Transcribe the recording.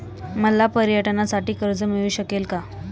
मला पर्यटनासाठी कर्ज मिळू शकेल का?